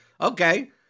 okay